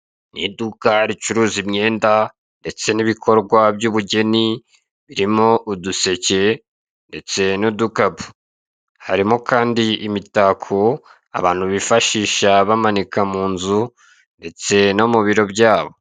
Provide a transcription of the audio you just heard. Ni uduka ricuruza imyenda ndetse n'ibikorwa by'ubugeni birimo uduseke ndetse n'udukapu. Harimo kandi imitako abantu bifashisha bamanika mu nzu ndetse no mu biro byabo.